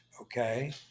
Okay